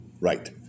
right